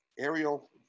Aerial